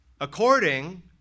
according